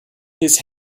his